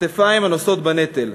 כתפיים הנושאות בנטל.